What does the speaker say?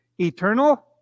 eternal